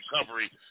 recovery